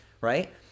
right